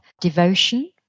devotion